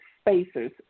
spacers